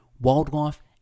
wildlife